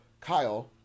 Kyle